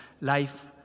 life